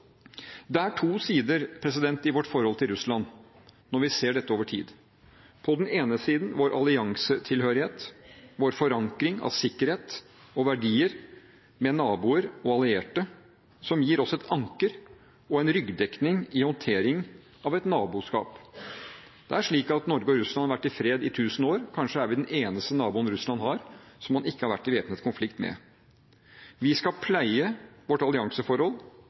Det er to sider i vårt forhold til Russland når vi ser på dette over tid. På den ene siden er det vår alliansetilhørighet, vår forankring av sikkerhet og verdier med naboer og allierte som gir oss et anker og en ryggdekning i håndtering av et naboskap. Det er slik at Norge og Russland har hatt fred i tusen år, kanskje er vi den eneste naboen Russland har som de ikke har vært i væpnet konflikt med. Vi skal pleie vårt allianseforhold,